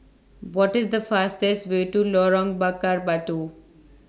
What IS The fastest Way to Lorong Bakar Batu